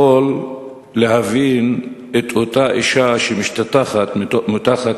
יכול להבין את אותה אשה שמשתטחת מתחת